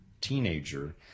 teenager